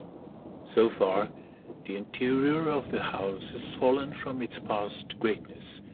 so far the interior of the house has fallen from its past greatness.